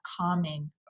calming